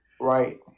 Right